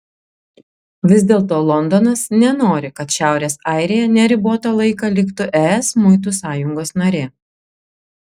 vis dėlto londonas nenori kad šiaurės airija neribotą laiką liktų es muitų sąjungos narė